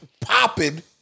popping